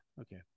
Okay